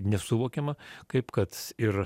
nesuvokiama kaip kad ir